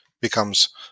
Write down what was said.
becomes